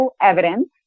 evidence